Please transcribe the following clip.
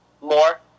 more